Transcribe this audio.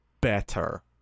better